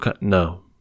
no